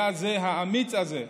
היה זה האמיץ הזה,